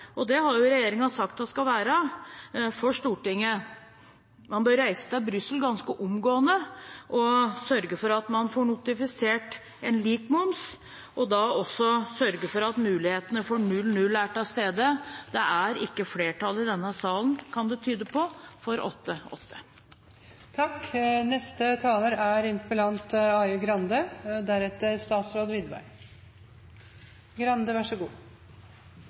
og det har jo regjeringen sagt den skal være overfor Stortinget. Man bør reise til Brussel ganske omgående og sørge for at man får notifisert en lik moms, og da også sørge for at mulighetene for 0–0 er til stede. Det er ikke flertall i denne salen, kan det tyde på, for